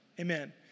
Amen